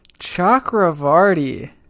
Chakravarti